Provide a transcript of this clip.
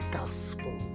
gospel